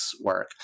work